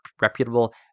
reputable